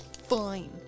fine